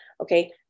Okay